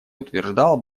утверждал